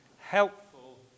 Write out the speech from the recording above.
helpful